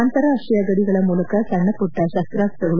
ಅಂತರಾಷ್ಟೀಯ ಗಡಿಗಳ ಮೂಲಕ ಸಣ್ಣ ಪುಟ್ಟ ಶಸ್ತ್ರಾಸ್ತ್ರಗಳು